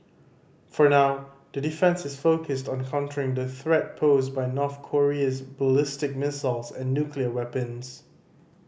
for now that defence is focused on countering the threat posed by North Korean ballistic missiles and nuclear weapons